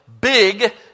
big